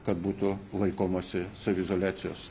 kad būtų laikomasi saviizoliacijos